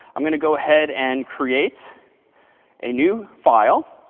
i'm going to go ahead and create a new file,